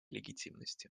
легитимности